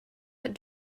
that